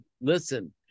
listen